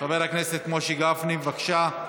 חבר הכנסת משה גפני, בבקשה.